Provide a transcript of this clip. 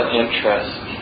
interest